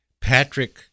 Patrick